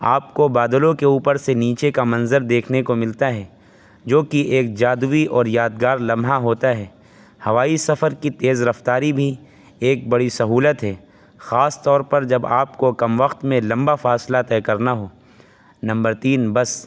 آپ کو بادلوں کے اوپر سے نیچے کا منظر دیکھنے کو ملتا ہے جوکہ ایک جادوئی اور یادگار لمحہ ہوتا ہے ہوائی سفر کی تیز رفتاری بھی ایک بڑی سہولت ہے خاص طور پر جب آپ کو کم وقت میں لمبا فاصلہ طے کرنا ہو نمبر تین بس